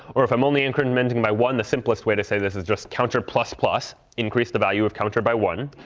or if i'm only incrementing by one, the simplest way to say this is just counter plus plus, increase the value of counter by one.